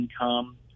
income